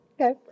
Okay